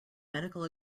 medical